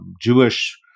Jewish